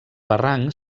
barranc